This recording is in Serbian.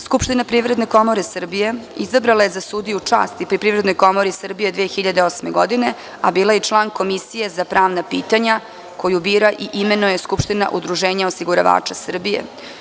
Skupština Privredne komore Srbije izabrala je za sudiju časti pri Privrednoj komori Srbije 2008. godine, a bila je i član Komisije za pravna pitanja koju bira i imenuje Skupština Udruženja osiguravača Srbije.